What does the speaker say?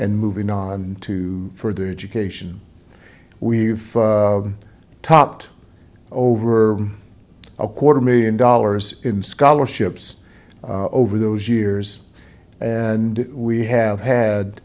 and moving on to for their education we've topped over a quarter million dollars in scholarships over those years and we have